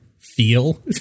feel